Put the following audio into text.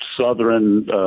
southern